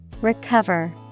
Recover